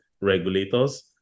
regulators